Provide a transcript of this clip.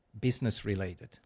business-related